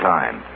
Time